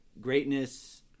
greatness